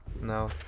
No